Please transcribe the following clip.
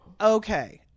Okay